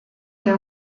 der